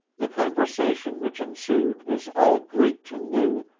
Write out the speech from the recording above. the conversation which ensued was all greek to lou,